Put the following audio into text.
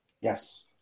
Yes